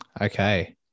Okay